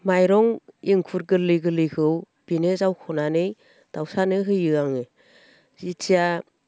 माइरं एंखुर गोरलै गोरलैखौ बेनो जावख'नानै दाउसानो होयो आङो जेथिया